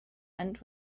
tent